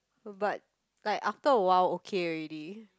but like after awhile okay already